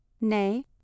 nay